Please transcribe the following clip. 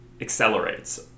accelerates